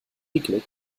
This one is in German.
eklig